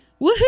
Woohoo